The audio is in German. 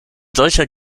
solcher